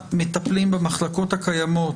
באמת כזאת שהמשרד לא יודע לפתור בעניינים פנימיים.